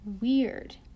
Weird